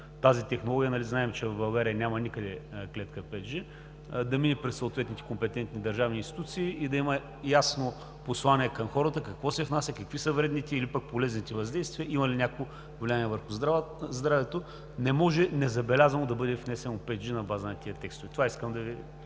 тази технология. Нали знаем, че в България никъде няма 5G клетка да мине през съответните компетентни държавни институции и да има ясно послание към хората какво се внася, какви са вредните или полезните въздействия, има ли някакво влияние върху здравето? Не може незабелязано да бъде внесено 5G на база на тези текстове. Това искам да Ви